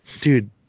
dude